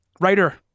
Writer